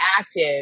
active